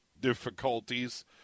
difficulties